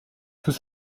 sous